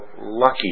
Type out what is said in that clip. lucky